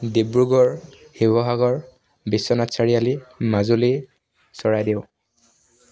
Dibrugarh Sivasagar Biswanath Chariali Majuli Charaideo